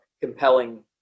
compelling